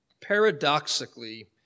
paradoxically